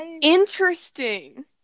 interesting